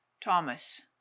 Thomas